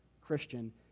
Christian